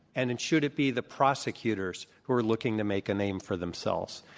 and and should it be the prosecutors who are looking to make a name for themselves?